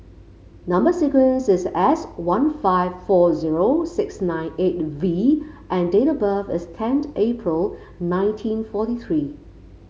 number sequence is S one five four zero six nine eight V and date of birth is tenth April nineteen forty three